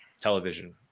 television